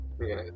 Okay